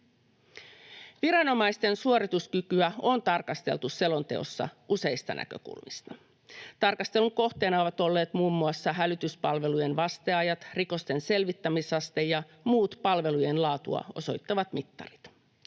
Viranomaisten suorituskykyä on tarkasteltu selonteossa useista näkökulmista. Tarkastelun kohteena ovat olleet muun muassa hälytyspalvelujen vasteajat, rikosten selvittämisaste ja muut palvelujen laatua osoittavat mittarit.